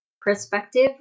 perspective